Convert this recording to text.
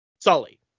Sully